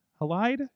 Halide